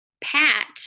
Pat